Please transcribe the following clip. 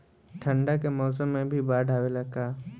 ठंडा के मौसम में भी बाढ़ आवेला का?